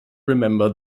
remember